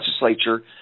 legislature